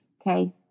okay